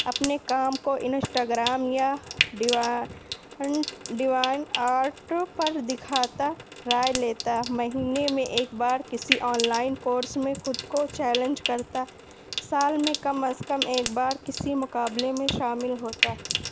اپنے کام کو انشٹاگرام یا ڈیوا ئنٹ ڈیوائنٹ آرٹ پر دکھاتا رائے لیتا مہینے میں ایک بار کسی آن لائن کورس میں خود کو چیلنج کرتا سال میں کم از کم ایک بار کسی مقابلے میں شامل ہوتا